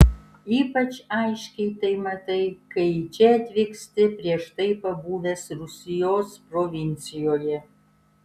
ypač aiškiai tai matai kai į čia atvyksti prieš tai pabuvęs rusijos provincijoje